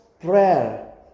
prayer